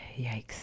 Yikes